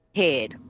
head